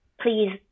please